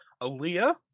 Aaliyah